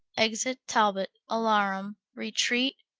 exit talbot. alarum, retreat,